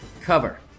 cover